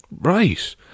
Right